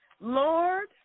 Lord